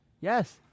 Yes